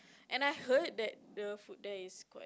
and I heard that the food there is quite